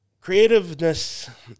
creativeness